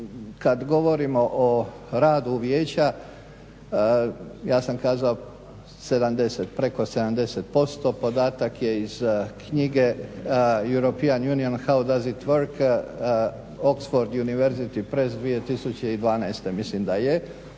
kad govorimo o radu vijeća ja sam kazao 70, preko 70%. Podatak je iz knjige The European Union: How does it work?" Oxford university, press 2012. Mislim da je.